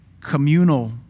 communal